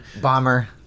Bomber